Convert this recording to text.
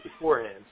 beforehand